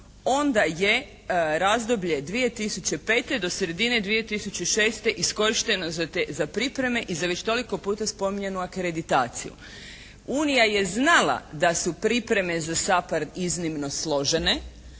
onda je razdoblje 2005. do sredine 2006. iskorišteno za pripreme i za već toliko puta spominjanu akreditaciju. Unija je znala da su pripreme za SAPARD iznimno složene